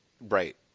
Right